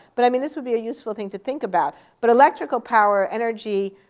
but i mean, this would be a useful thing to think about. but electrical power, energy,